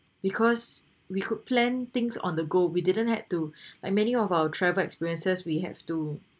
because we could plan things on the go we didn't had to like many of our travel experiences we have to